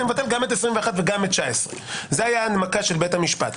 מבטל גם את 21 וגם את 19. זו הייתה ההנמקה של בית המשפט.